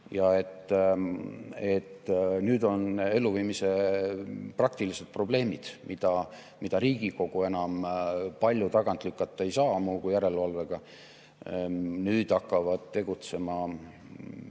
Nüüd on elluviimise praktilised probleemid, mida Riigikogu palju enam tagant lükata ei saa muu kui järelevalvega. Nüüd hakkavad tegutsema